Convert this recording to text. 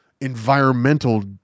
environmental